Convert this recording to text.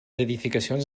edificacions